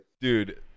Dude